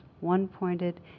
one-pointed